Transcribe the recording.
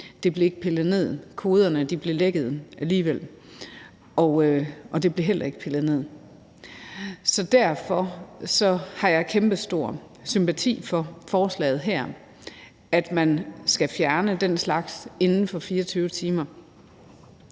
Det blev jo ikke pillet ned, koderne blev alligevel lækket, og det blev heller ikke pillet ned. Så derfor har jeg kæmpestor sympati for forslaget her om, at man skal fjerne den slags inden for 24 timer.